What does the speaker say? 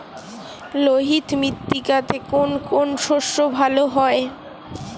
লোহিত মৃত্তিকাতে কোন কোন শস্য ভালো হয়?